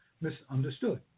misunderstood